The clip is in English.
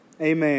Amen